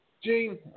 Gene